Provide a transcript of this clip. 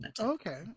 Okay